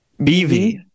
BV